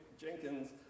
Jenkins